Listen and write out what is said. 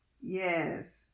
yes